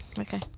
Okay